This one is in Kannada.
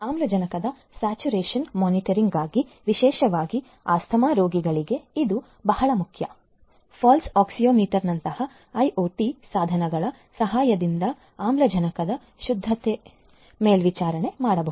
ಆಮ್ಲಜನಕದ ಸ್ಯಾಚುರೇಶನ್ ಮಾನಿಟರಿಂಗ್ಗಾಗಿ ವಿಶೇಷವಾಗಿ ಆಸ್ತಮಾ ರೋಗಿಗಳಿಗೆ ಇದು ಬಹಳ ಮುಖ್ಯ ಪಲ್ಸ್ ಆಕ್ಸಿಯೋಮೀಟರ್ನಂತಹ ಐಒಟಿ ಸಾಧನಗಳ ಸಹಾಯದಿಂದ ಆಮ್ಲಜನಕದ ಶುದ್ಧತ್ವವನ್ನು ಮೇಲ್ವಿಚಾರಣೆ ಮಾಡಬಹುದು